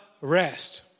rest